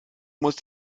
muss